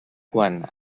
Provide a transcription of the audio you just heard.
quan